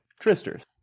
Tristers